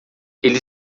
eles